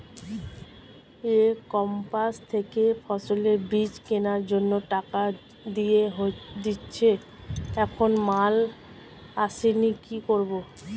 ই commerce থেকে ফসলের বীজ কেনার জন্য টাকা দিয়ে দিয়েছি এখনো মাল আসেনি কি করব?